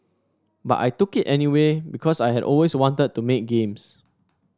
but I took it anyway because I had always wanted to make games